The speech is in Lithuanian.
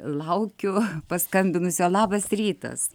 laukiu paskambinusio labas rytas